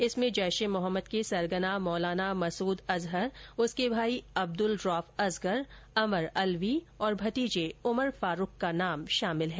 इसमें जैश ए मोहम्मद के सरगना मौलाना मसूद अजहर उसके भाई अब्दुल रौफ असगर अमर अल्वी और भतीजे उमर फारूक का नाम शामिल है